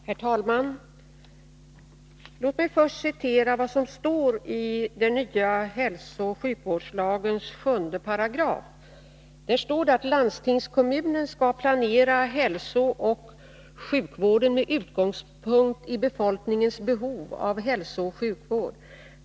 "Herr talman! Låt mig först citera vad som står i den nya hälsooch sjukvårdslagens sjunde paragraf. Där står bl.a. att ”landstingskommunen skall planera hälsooch sjukvården med utgångspunkt i befolkningens behov av hälsooch sjukvård.